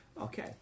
okay